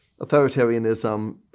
authoritarianism